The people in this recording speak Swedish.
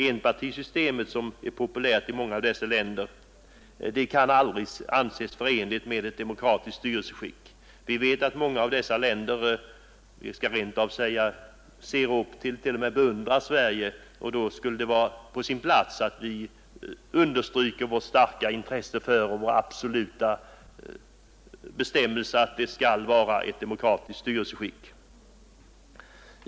Enpartisystemet, som är populärt i vissa länder, kan aldrig anses förenligt med ett demokratiskt styrelseskick. Vi vet att många av dessa länder ser upp till och t.o.m. beundrar Sverige. Då skulle det vara på sin plats att vi understryker vårt. starka intresse för att det skall vara ett demokratiskt styrelseskick.